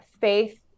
faith